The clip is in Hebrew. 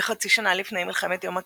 כחצי שנה לפני מלחמת יום הכיפורים,